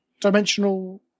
dimensional